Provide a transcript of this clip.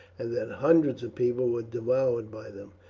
and that hundreds of people were devoured by them.